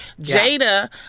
Jada